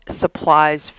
supplies